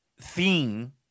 theme